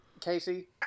Casey